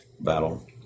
battle